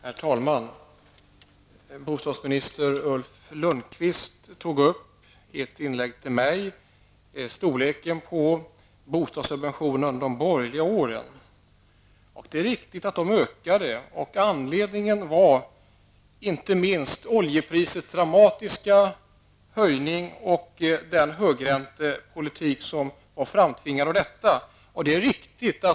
Herr talman! Bostadsminister Ulf Lönnqvist riktade sig till mig när han i sitt inlägg tog upp storleken på bostadssubventionerna under de borgerliga åren. Det är riktigt att subventionerna ökade. Anledningen var inte minst oljeprisets dramatiska höjning och den räntepolitik som den framtvingade.